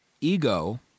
Ego